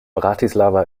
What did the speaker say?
bratislava